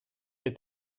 est